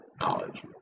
knowledge